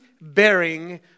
bearing